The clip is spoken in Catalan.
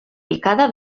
picada